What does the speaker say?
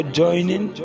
joining